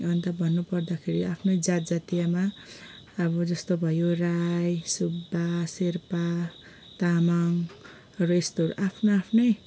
अन्त भन्नु पर्दाखेरि आफ्नै जात जातीयमा अब जस्तो भयो राई सुब्बा शेर्पा तामङ र यस्तोहरू आफ्नो आफ्नै